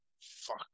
Fuck